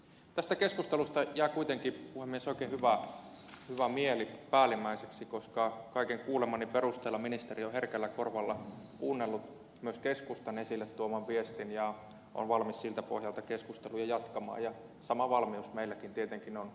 tästä keskustelusta jää kuitenkin puhemies oikein hyvä mieli päällimmäiseksi koska kaiken kuulemani perusteella ministeri on herkällä korvalla kuunnellut myös keskustan esille tuoman viestin ja on valmis siltä pohjalta keskusteluja jatkamaan ja sama valmius meilläkin tietenkin on